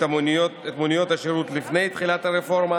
את מוניות השירות לפני תחילת הרפורמה,